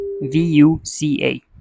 V-U-C-A